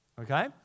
Okay